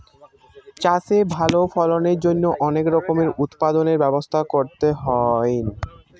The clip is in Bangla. চাষে ভালো ফলনের জন্য অনেক রকমের উৎপাদনের ব্যবস্থা করতে হইন